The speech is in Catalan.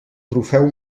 trofeu